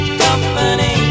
company